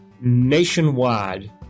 Nationwide